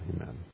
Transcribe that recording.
amen